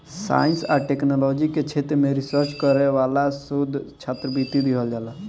science आ technology के क्षेत्र में रिसर्च करे वाला के शोध छात्रवृत्ति दीहल जाला